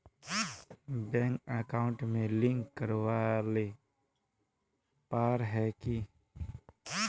Bank account में link करावेल पारे है की?